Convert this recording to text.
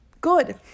good